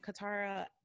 Katara